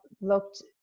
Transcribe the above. looked